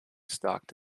stocked